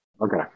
Okay